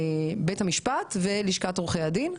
מנציג בית המשפט ומנציג לשכת עורכי הדין.